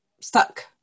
stuck